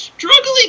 struggling